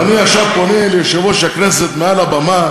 אז אני עכשיו פונה ליושב-ראש הכנסת מעל הבמה